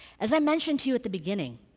as i mentioned to you at the beginning,